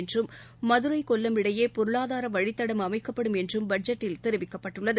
என்றும் மதுரை கொல்லம் இடையே பொருளாதார வழித்தடம் அமைக்கப்படும் என்றும் பட்ஜெட்டில் தெரிவிக்கப்பட்டுள்ளது